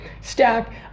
stack